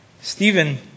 Stephen